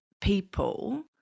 people